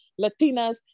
latinas